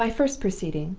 my first proceeding,